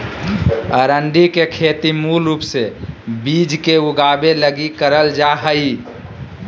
अरंडी के खेती मूल रूप से बिज के उगाबे लगी करल जा हइ